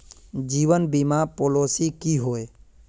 जीवन बीमा पॉलिसी की होय?